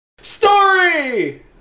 STORY